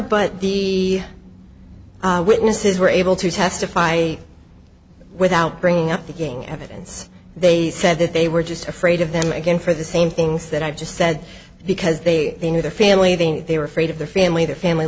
but the witnesses were able to testify without bringing up the king evidence they said that they were just afraid of them again for the same things that i just said because they knew the family they knew they were afraid of their family their family